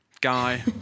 guy